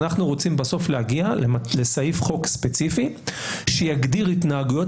אנחנו רוצים בסוף להגיע לסעיף חוק ספציפי שיגדיר התנהגויות